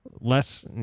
less